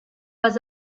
pas